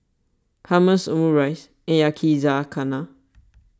Hummus Omurice and Yakizakana